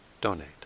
donate